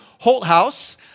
Holthouse